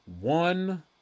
One